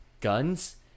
guns